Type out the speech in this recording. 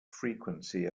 frequency